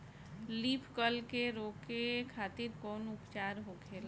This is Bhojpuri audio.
लीफ कल के रोके खातिर कउन उपचार होखेला?